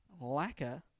lacquer